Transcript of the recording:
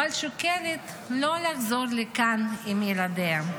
אוהבת את הארץ, אבל שוקלת לא לחזור לכאן עם ילדיה.